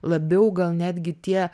labiau gal netgi tie